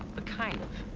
kind of.